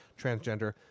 transgender